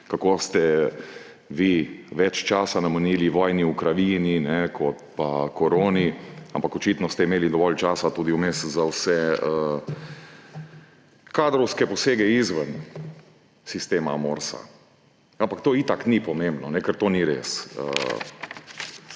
Kako ste vi več časa namenili vojni v Ukrajini kot pa koroni, ampak očitno ste imeli tudi dovolj časa vmes za vse kadrovske posege izven sistema Morsa. Ampak to itak ni pomembno, ker to ni res.